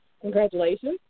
congratulations